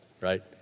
Right